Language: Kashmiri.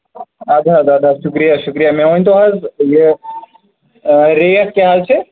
اَدٕ حظ اَدٕ حظ شُکرِیا شُکرِیا مےٚ ؤنۍ تو حظ یہِ ریٹ کیٛاہ حظ چھِ